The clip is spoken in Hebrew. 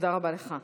תודה רבה לך.